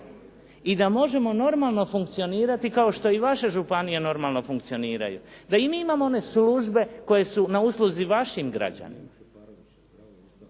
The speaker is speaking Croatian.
i da možemo normalno funkcionirati kao što i vaše županije normalno funkcioniraju. Da i mi imamo one službe koje su na usluzi vašim građanima